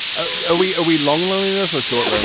ah ah we are we long loneliness short.